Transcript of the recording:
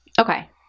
Okay